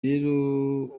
rero